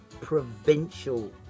provincial